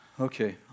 Okay